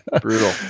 Brutal